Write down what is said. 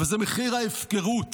אבל זה מחיר ההפקרות